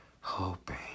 Hoping